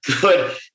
good